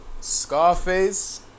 Scarface